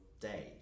day